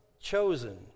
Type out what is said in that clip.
chosen